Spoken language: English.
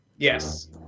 Yes